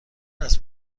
است